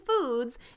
foods